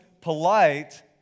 polite